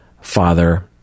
father